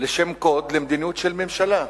לשם קוד למדיניות של ממשלה.